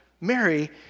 Mary